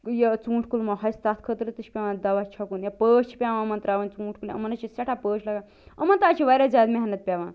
یہِ ژوٗنٛٹھۍ کُل ما ہۄژِ تتھ خٲطرٕ تہِ چھُ پیٚوان دوا چھَکُن یا پٲشۍ چھِ پیٚوان یِمن ترٛاوٕنۍ ژوٗنٛٹھۍ کُلیٚن یِمن حظ چھِ سٮ۪ٹھاہ پٲشۍ لگان یِمن تہٕ حظ چھِ وارِیاہ زیادٕ محنت پیٚوان